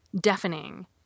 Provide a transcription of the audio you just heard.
deafening